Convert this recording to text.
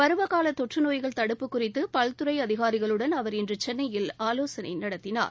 பருவகால தொற்று நோய்கள் தடுப்பு குறித்து பல்துறை அதிகாரிகளுடன் அவர் இன்று சென்னையில் ஆலோசனை நடத்தினார்